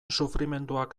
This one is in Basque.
sufrimenduak